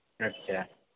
আচ্ছা